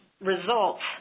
results